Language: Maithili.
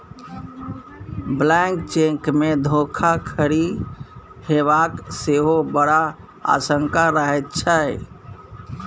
ब्लैंक चेकमे धोखाधड़ी हेबाक सेहो बड़ आशंका रहैत छै